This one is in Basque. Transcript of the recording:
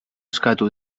eskatu